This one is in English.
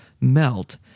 melt